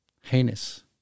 heinous